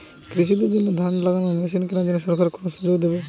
কৃষি দের জন্য ধান লাগানোর মেশিন কেনার জন্য সরকার কোন সুযোগ দেবে?